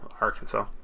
Arkansas